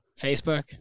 Facebook